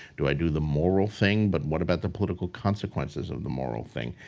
do i do the moral thing? but what about the political consequences of the moral thing?